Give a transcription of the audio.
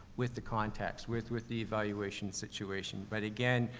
with the context, with, with the evaluation situation. but again,